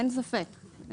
אין ספק.